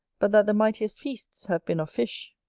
but that the mightiest feasts have been of fish.